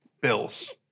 bills